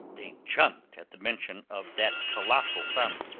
they jumped at the mention of that colossal sum.